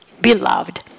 beloved